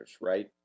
right